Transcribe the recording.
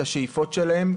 את השאיפות שלהם,